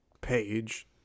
page